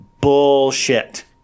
Bullshit